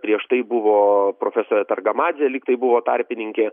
prieš tai buvo profesorė targamadzė lyg tai buvo tarpininkė